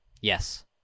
Yes